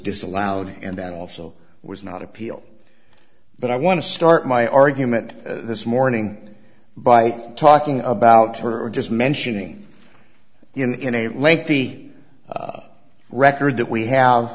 disallowed and then also was not appeal but i want to start my argument this morning by talking about her just mentioning in a lengthy record that we have